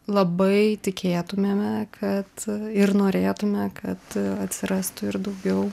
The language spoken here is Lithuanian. labai tikėtumėme kad ir norėtume kad atsirastų ir daugiau